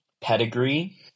pedigree